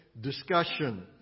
discussion